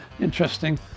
interesting